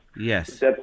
Yes